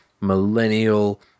millennial